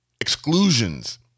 exclusions